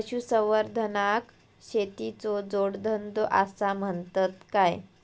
पशुसंवर्धनाक शेतीचो जोडधंदो आसा म्हणतत काय?